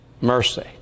mercy